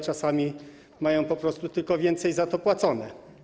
Czasami mają po prostu tylko więcej za to płacone.